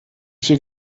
viel